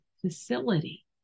facility